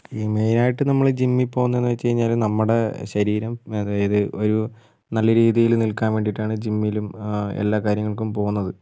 ഈ മെയിനായിട്ട് നമ്മൾ ജിമ്മിൽ പോകുന്നത് എന്ന് വെച്ച് കഴിഞ്ഞാല് നമ്മുടെ ശരീരം അതായത് നല്ല രീതിയില് നിൽക്കാൻ വേണ്ടിയിട്ടാണ് ജിമ്മിലും എല്ലാ കാര്യങ്ങൾക്കും പോകുന്നത്